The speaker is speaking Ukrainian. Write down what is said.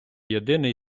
єдиний